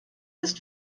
ist